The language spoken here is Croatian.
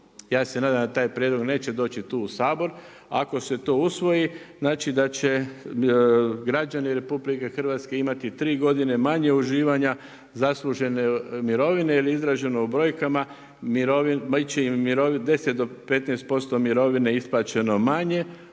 ja se nadam da taj prijedlog neće doći to u Sabor. Ako se to usvoji da će građani RH imati tri godine manje uživanja zaslužene mirovine jer izraženo u brojkama bit će im 10 do 15% mirovine isplaćeno manje